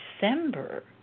December